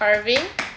carving